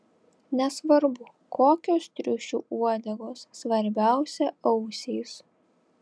nesvarbu kokios triušių uodegos svarbiausia ausys